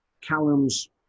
Callum's